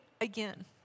again